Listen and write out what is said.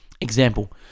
Example